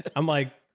and i'm like.